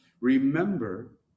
remember